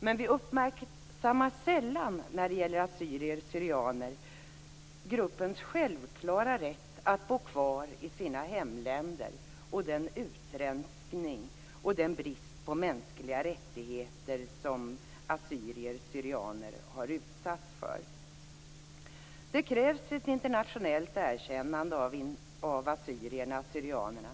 Men vi uppmärksammar sällan den assyriska syrianer har utsatts för. Det krävs ett internationellt erkännande av assyrierna/syrianerna.